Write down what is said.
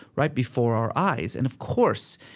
right before our eyes. and of course,